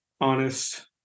honest